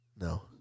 No